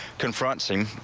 confronts him,